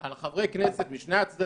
על חברי כנסת משני הצדדים,